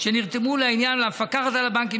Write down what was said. שנרתמו לעניין ולמפקחת על הבנקים,